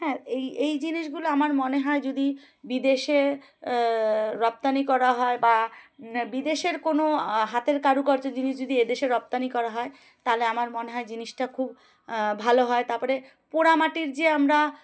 হ্যাঁ এই এই জিনিসগুলো আমার মনে হয় যদি বিদেশে রপ্তানি করা হয় বা বিদেশের কোনো হা হাতের কারুকর্য জিনিস যদি এদেশে রপ্তানি করা হয় তাহলে আমার মনে হয় জিনিসটা খুব ভালো হয় তারপরে পোড়ামাটির যে আমরা